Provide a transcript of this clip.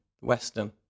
western